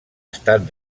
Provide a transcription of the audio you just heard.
estat